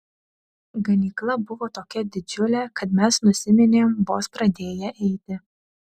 ganykla buvo tokia didžiulė kad mes nusiminėm vos pradėję eiti